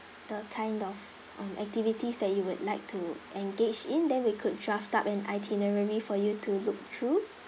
the kind of um activities that you would like to engage in then we could draft up an itinerary for you to look through